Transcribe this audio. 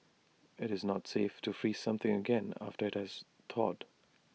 IT is not safe to freeze something again after IT has thawed